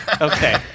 okay